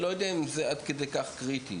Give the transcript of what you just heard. אני לא יודע אם זה עד כדי כך קריטי,